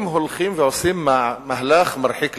הם הולכים ועושים מהלך מרחיק לכת,